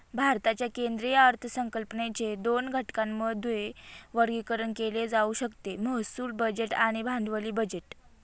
भारताच्या केंद्रीय अर्थसंकल्पाचे दोन घटकांमध्ये वर्गीकरण केले जाऊ शकते महसूल बजेट आणि भांडवली बजेट